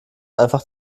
einfach